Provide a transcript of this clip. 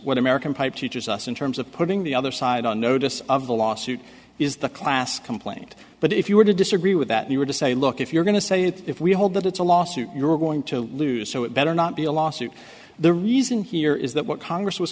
what american pipe teaches us in terms of putting the other side on notice of the lawsuit is the class complaint but if you were to disagree with that you were to say look if you're going to say it if we hold that it's a lawsuit you're going to lose so it better not be a lawsuit the reason here is that what congress was